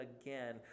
again